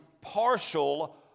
partial